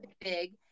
big